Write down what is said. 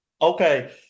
Okay